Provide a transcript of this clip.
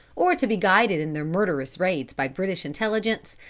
or to be guided in their murderous raids by british intelligence,